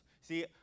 see